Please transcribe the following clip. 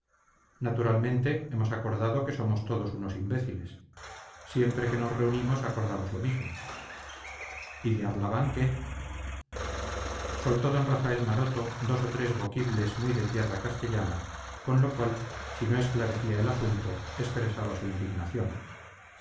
naturalmente hemos acordado que somos todos unos imbéciles siempre que nos reunimos acordamos lo mismo y de arlabán qué soltó d rafael maroto dos o tres voquibles muy de tierra castellana con lo cual si no esclarecía el asunto expresaba su indignación